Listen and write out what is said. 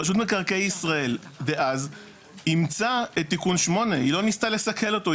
רשות מקרקעי ישראל דאז אימצה את תיקון 8. היא לא ניסתה לסכל אותו,